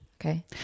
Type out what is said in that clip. Okay